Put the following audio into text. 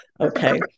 Okay